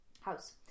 house